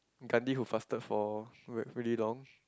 Gandhi who fasted for re~ really long